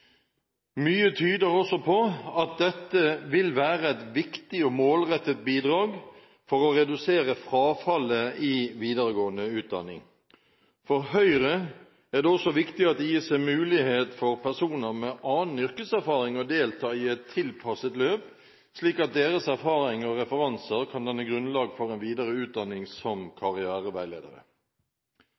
Mye tyder også på at dette vil være et viktig og målrettet bidrag for å redusere frafallet i videregående utdanning. For Høyre er det også viktig at det gis en mulighet for personer med annen yrkeserfaring å delta i et tilpasset løp, slik at deres erfaring og referanser kan danne grunnlag for en videre utdanning som karriereveiledere.